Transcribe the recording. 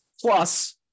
Plus